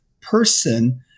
person